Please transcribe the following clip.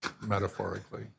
metaphorically